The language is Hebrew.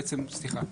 בעצם סליחה.